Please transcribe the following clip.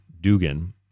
Dugan